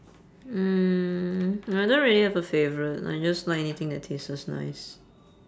mm I don't really have a favourite I just like anything that tastes nice